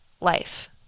life